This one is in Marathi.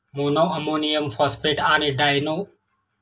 मोनोअमोनियम फॉस्फेट आणि डायमोनियम फॉस्फेट ही मुख्य खते आहेत